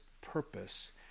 purpose